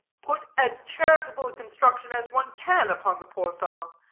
put as charitable a construction as one can upon the poor fellow?